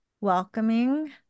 welcoming